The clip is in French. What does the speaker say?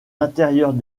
intérieurs